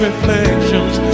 Reflections